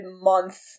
month